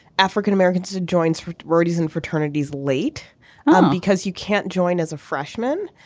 african-americans to join sort of rarities in fraternities late because you can't join as a freshman.